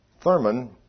Thurman